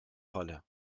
falle